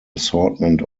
assortment